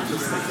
התשפ"ג